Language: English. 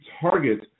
target